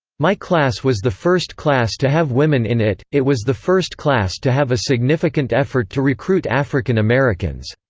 my class was the first class to have women in it it was the first class to have a significant effort to recruit african americans.